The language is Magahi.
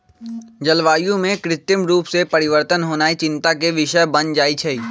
जलवायु में कृत्रिम रूप से परिवर्तन होनाइ चिंता के विषय बन जाइ छइ